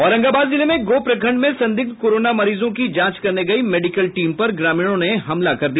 औरंगाबाद जिले में गोह प्रखंड में संदिग्ध कोरोना मरीजों की जांच करने गयी मेडिकल टीम पर ग्रामीणों ने हमला कर दिया